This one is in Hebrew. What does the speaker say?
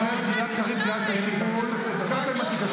חבר הכנסת גלעד קריב, יצאת עם התיק, אז תצא כבר.